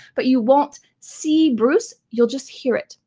but you won't see bruce, you'll just hear it.